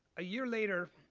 a year later,